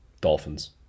Dolphins